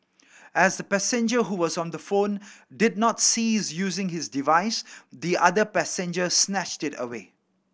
as the passenger who was on the phone did not cease using his device the other passenger snatched it away